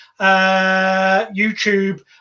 YouTube